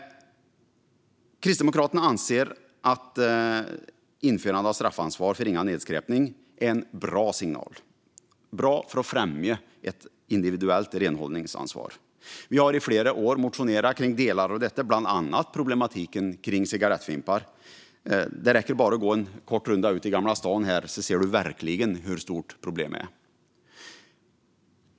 Kristdemokraterna anser att införande av straffansvar för ringa nedskräpning är en bra signal för att främja ett individuellt renhållningsansvar. Vi har i flera år motionerat om delar av detta, bland annat problematiken med cigarettfimpar. Det räcker med att gå en kort runda i Gamla stan för att se hur stort problemet är.